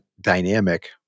dynamic